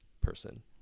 person